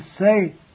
say